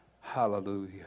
hallelujah